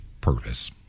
purpose